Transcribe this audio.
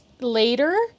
later